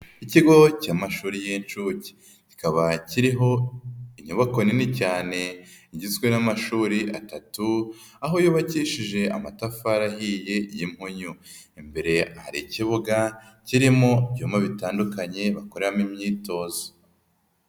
Ikigo cy'amashuri y'inshuke, kikaba kiriho inyubako nini cyane igizwe n'amashuri atatu, aho yubakishije amatafari ahiye, y'imunyu, imbere hari ikibuga kirimo ibyuma bitandukanye bakoreramo imyitozo.